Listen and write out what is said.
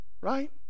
Right